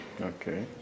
Okay